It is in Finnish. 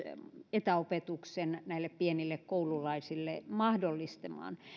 etäopetuksen näille pienille koululaisille mahdollistamaan